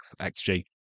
XG